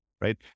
Right